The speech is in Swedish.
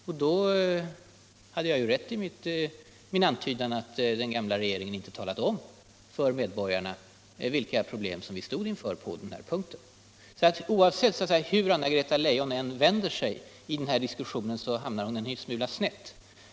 I så fall hade jag helt rätt i min antydan att den gamla regeringen inte talade om för medborgarna vilka problem som vi stod inför på den punkten. Hur Anna-Greta Leijon än vänder sig i den här diskussionen hamnar hon en smula snett.